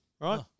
right